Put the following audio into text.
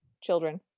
children